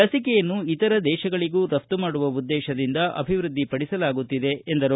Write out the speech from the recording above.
ಲಸಿಕೆಯನ್ನು ಇತರೆ ದೇಶಗಳಿಗೂ ರಫ್ತು ಮಾಡುವ ಉದ್ದೇಶದಿಂದ ಅಭಿವೃದ್ಧಿಪಡಿಸಲಾಗುತ್ತಿದೆ ಎಂದರು